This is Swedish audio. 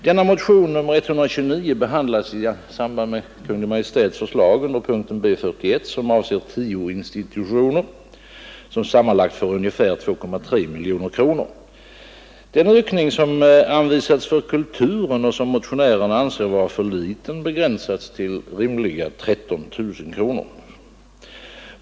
Denna motion — nr 129 — behandlas i samband med Kungl. Maj:ts förslag under punkt B 41 som avser 10 institutioner, som sammanlagt får ungefär 2,3 miljoner 111 kronor. Den ökning som anvisats för Kulturen och som motionärerna anser vara för liten begränsas till futtiga 13 000 kronor.